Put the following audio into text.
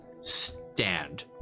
stand